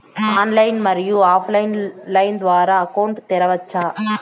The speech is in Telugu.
ఆన్లైన్, మరియు ఆఫ్ లైను లైన్ ద్వారా అకౌంట్ తెరవచ్చా?